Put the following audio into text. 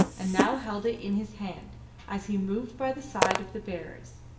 and now held it in his hand as he moved by the side of the bearers,